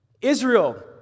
Israel